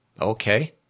Okay